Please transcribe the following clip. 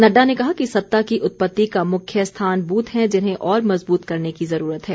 नड्डा ने कहा कि सत्ता की उत्पत्ति का मुख्य स्थान बूथ हैं जिन्हें और मज़बूत करने की ज़रूरत है